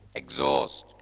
exhaust